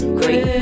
great